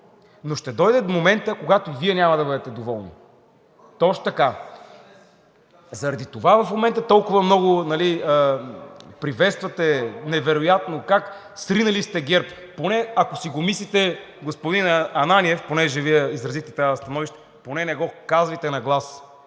но ще дойде моментът, когато Вие няма да бъдете доволни! Точно така. Затова в момента толкова много приветствате – невероятно, как сте сринали ГЕРБ. Поне, ако си го мислите, господин Ананиев, понеже Вие изразихте това становище, поне не го казвайте на глас.